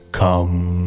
come